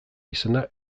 izena